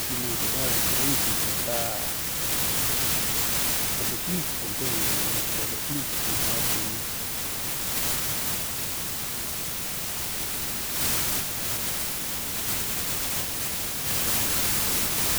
esiqmuudu, väega krundsilinõ pää. A tuu kilp um põhilinõ, mink perrä kilpkunna ärq tunnõt.